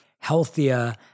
healthier